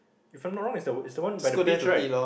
if I'm not wrong it's the one it's the one by the beach right